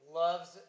loves